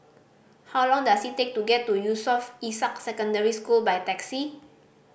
how long does it take to get to Yusof Ishak Secondary School by taxi